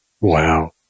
wow